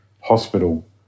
hospital